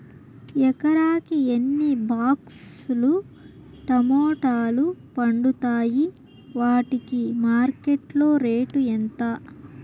ఎకరాకి ఎన్ని బాక్స్ లు టమోటాలు పండుతాయి వాటికి మార్కెట్లో రేటు ఎంత?